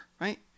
right